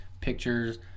pictures